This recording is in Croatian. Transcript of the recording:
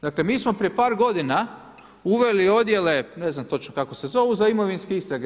Dakle, mi smo prije par godina uveli odjele ne znam točno kako se zovu, za imovinske istrage.